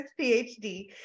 phd